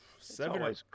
seven